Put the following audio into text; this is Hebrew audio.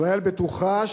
ישראל בטוחה,